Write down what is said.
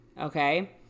okay